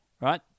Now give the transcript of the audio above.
right